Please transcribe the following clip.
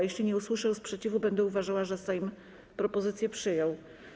Jeśli nie usłyszę sprzeciwu, będę uważała, że Sejm propozycję przyjął.